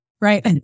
right